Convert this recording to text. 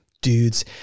dudes